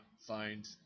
find